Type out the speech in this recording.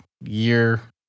year